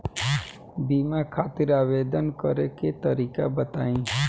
बीमा खातिर आवेदन करे के तरीका बताई?